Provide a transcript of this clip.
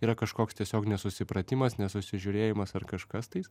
yra kažkoks tiesiog nesusipratimas nesusižiurėjimas ar kažkas tais